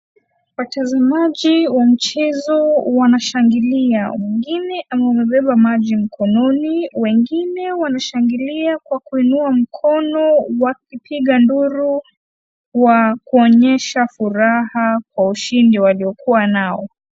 Watazamaji wa mchezo wanashangilia. Mwingine amebeba maji mkononi, wengine wanashangilia kwa kuinua mikono wakipiga nduru kwa kuonyesha furaha kwa ushindi waliokuwa nao.